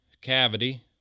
cavity